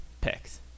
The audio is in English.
picks